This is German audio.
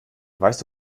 weißt